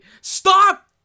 Stop